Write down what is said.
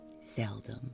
seldom